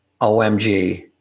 OMG